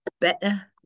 better